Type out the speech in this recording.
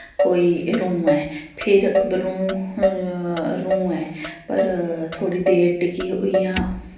कोई रूं ऐ फिर ब रूं रूं ऐ पर थोह्ड़ी देर टिकी इ'यां